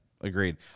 Agreed